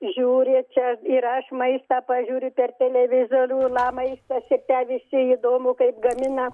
žiūri čia yra maistą pažiūri per televizorių la maistas ir ten visi įdomu kaip gamina